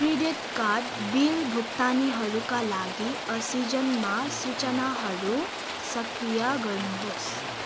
credit card bill भुक्तानीहरूका लागि अक्सिजेनमा सूचनाहरू सक्रिया गर्नुहोस्